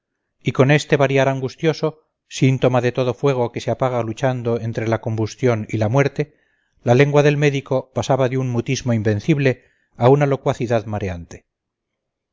y con este variar angustioso síntoma de todo fuego que se apaga luchando entre la combustión y la muerte la lengua del médico pasaba de un mutismo invencible a una locuacidad mareante